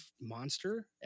monster